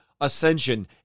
ascension